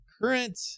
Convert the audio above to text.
current